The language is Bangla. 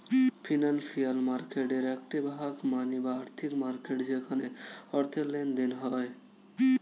ফিনান্সিয়াল মার্কেটের একটি ভাগ মানি বা আর্থিক মার্কেট যেখানে অর্থের লেনদেন হয়